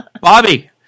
Bobby